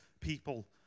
people